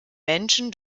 menschen